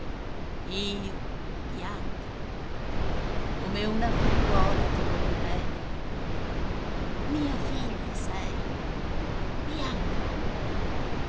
io bianca come una figliuola ti voglio bene mia figlia sei bianca